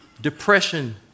depression